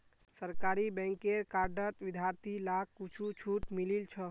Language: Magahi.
सरकारी बैंकेर कार्डत विद्यार्थि लाक कुछु छूट मिलील छ